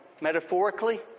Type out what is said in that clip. Metaphorically